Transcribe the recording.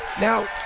Now